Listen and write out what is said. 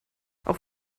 auch